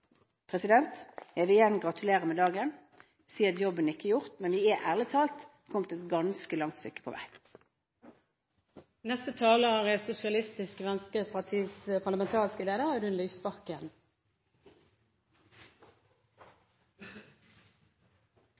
Jeg vil igjen gratulere med dagen. Jeg vil si at jobben ikke er gjort, men vi er, ærlig talt, kommet et ganske langt stykke på vei.